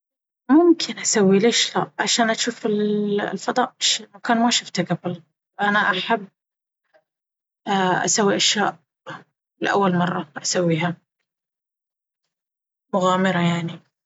ممكن أسوي ليش لا عشان أجوف الفضاء مكان ما شفته من قبل، أنا أحب اسوي أشياء لأول مرة أسويها… مغامرة يعني.